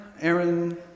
Aaron